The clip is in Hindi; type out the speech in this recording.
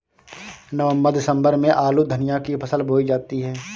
नवम्बर दिसम्बर में आलू धनिया की फसल बोई जाती है?